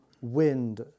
wind